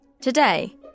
Today